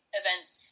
events